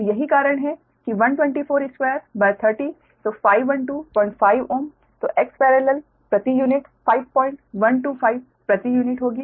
तो यही कारण है कि 1242 30 तो 5125 Ω तो Xparallel प्रति यूनिट 5125 प्रति यूनिट होगी